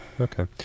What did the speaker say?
okay